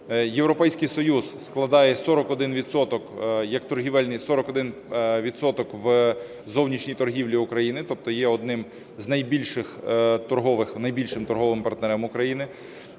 Європейський Союз складає 41 відсоток як торгівельний – 41 відсоток у зовнішній торгівлі України, тобто є одним із найбільших торгових партнерів України.